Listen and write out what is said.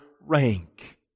rank